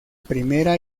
primera